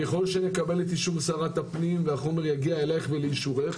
ככל שנקבל את אישור שרת הפנים החומר יגיע אלייך ולאישורך.